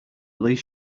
least